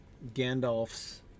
Gandalf's